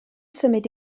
symud